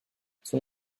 son